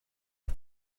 oto